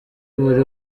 buri